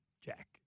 Jack